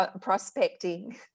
prospecting